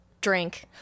drink